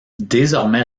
désormais